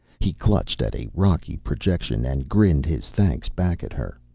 he clutched at a rocky projection, and grinned his thanks back at her.